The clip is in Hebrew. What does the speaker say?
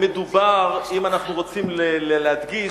אם אנחנו רוצים להדגיש,